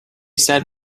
said